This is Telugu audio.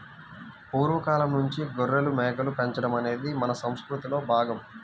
పూర్వ కాలంనుంచే గొర్రెలు, మేకలు పెంచడం అనేది మన సంసృతిలో భాగం